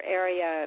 area